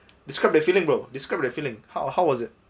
describe the feeling bro describe the feeling how how was it